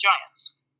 giants